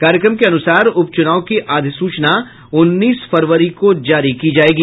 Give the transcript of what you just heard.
कार्यक्रम के अुनसार उप चुनाव की अधिसूचना उन्नीस फरवरी को जारी की जायेगी